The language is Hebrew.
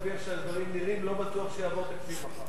לפי איך שהדברים נראים לא בטוח שיעבור תקציב מחר.